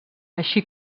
així